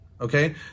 okay